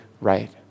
right